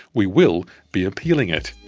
we will be appealing it.